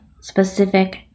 specific